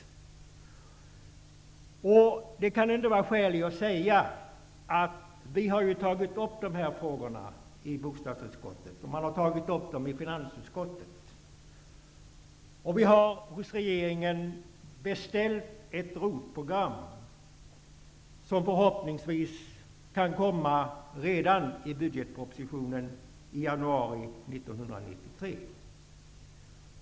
Det kan finnas skäl att säga att vi har tagit upp dessa frågor i bostadsutskottet, och man har tagit upp dem i finansutskottet. Vi har hos regeringen beställt ett ROT-program, som förhoppningsvis kan komma redan i budgetpropositionen i januari 1993.